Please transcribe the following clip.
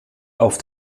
auf